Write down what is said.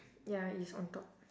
ya it's on top